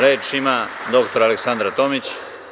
Reč ima dr Aleksandra Tomić.